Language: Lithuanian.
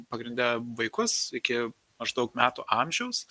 pagrinde vaikus iki maždaug metų amžiaus